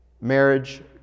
Marriage